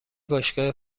باشگاه